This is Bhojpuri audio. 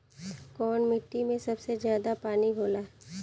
कौन मिट्टी मे सबसे ज्यादा पानी होला?